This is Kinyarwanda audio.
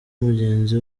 mugenzi